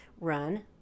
run